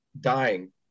dying